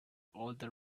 older